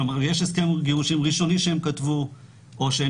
כלומר יש הסכם גירושין ראשוני שהם כתבו או שאין